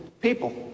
people